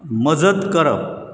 मजत करप